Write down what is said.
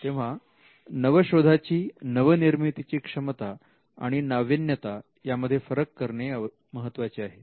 तेव्हा नवशोधाची नवनिर्मितीची क्षमता आणि नाविन्यता यामध्ये फरक करणे महत्त्वाचे आहे